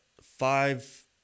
five